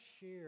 share